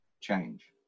change